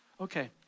okay